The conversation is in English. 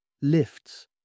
lifts